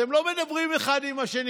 אתם לא מדברים אחד עם השני.